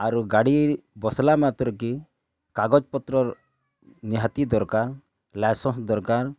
ଆାରୁ ଗାଡ଼ି ବସ୍ଲା ମାତ୍ରକେ କାଗଜ ପତ୍ରର ନିହାତି ଦରକାର୍ ଲାଇସେନ୍ସ ଦରକାର୍